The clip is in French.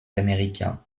américain